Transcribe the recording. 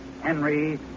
Henry